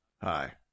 hi